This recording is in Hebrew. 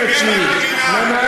תיכנס בדברים שלי, קודם תתנצל.